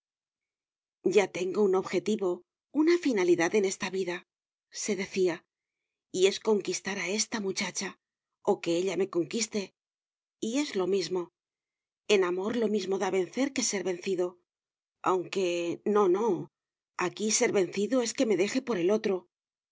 ya tengo un objetivo una finalidad en esta vidase decía y es conquistar a esta muchacha o que ella me conquiste y es lo mismo en amor lo mismo da vencer que ser vencido aunque no no aquí ser vencido es que me deje por el otro